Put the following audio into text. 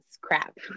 crap